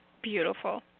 Beautiful